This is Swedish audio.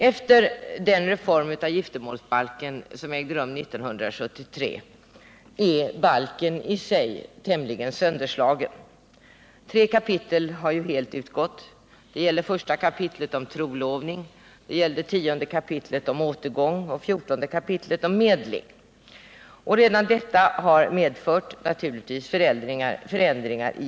Efter 1973 års reform är giftermålsbalken tämligen sönderslagen. Tre kapitel har helt utgått: I kap. om trolovning, 10 kap. om återgång och 14 kap. 41 om medling. Redan detta har medfört förändringar i balken.